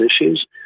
issues